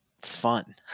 fun